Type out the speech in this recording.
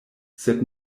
sed